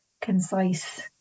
concise